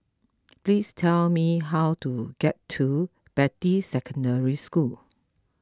please tell me how to get to Beatty Secondary School